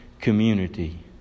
community